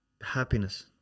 Happiness